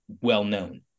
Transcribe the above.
well-known